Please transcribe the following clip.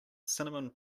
cinnamon